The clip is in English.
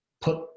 put